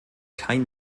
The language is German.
kein